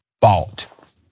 bought